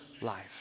life